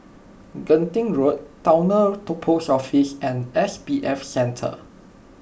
Genting Road Towner Post Office and S B F Center